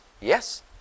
Yes